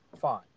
fine